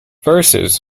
versus